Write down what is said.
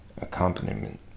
accompaniment